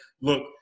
look